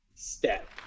Step